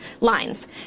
lines